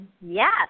Yes